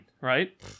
right